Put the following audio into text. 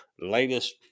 latest